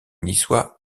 niçois